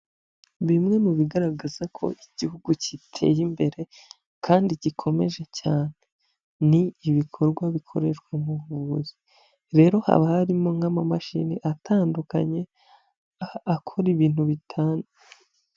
Bimwe mu bigaragaza ko igihugu giteye imbere kandi gikomeje cyane ni ibikorwa bikorerwa mu buvuzi rero haba harimo nk'amamashini atandukanye akora ibintu bitanu.